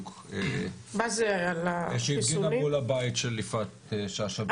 היא הפגינה מול הבית של יפעת שאשא ביטון.